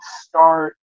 start